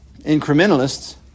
Incrementalists